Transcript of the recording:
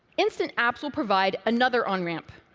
instant apps will provide another onramp.